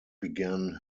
began